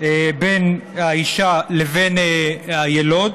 בין האישה לבין היילוד,